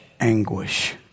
anguish